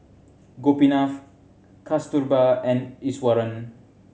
Gopinath Kasturba and Iswaran